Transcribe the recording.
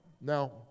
Now